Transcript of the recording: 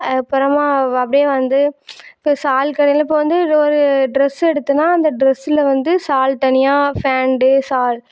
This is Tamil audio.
அப்புறமா அப்படியே வந்து இப்போ ஷால் கடையில் இப்போ வந்து ஒரு ட்ரெஸு எடுத்தேம்னா அந்த ட்ரெஸுயில் வந்து ஷால் தனியாக ஃபேண்டு ஷாலு